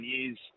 years